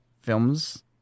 films